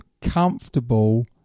comfortable